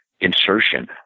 insertion